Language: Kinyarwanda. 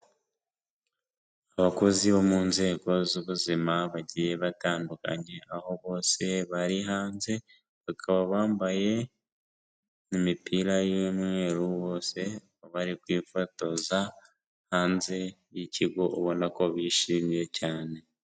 Abakozi bo mu nzego z'ubuzima bagiye batandukanye aho bose bari hanze, bakaba bambaye imipira y'umweru bose bari kwifotoza hanze y'ikigo ubona ko bishimye cyane.